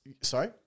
sorry